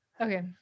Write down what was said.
Okay